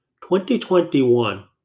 2021